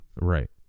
Right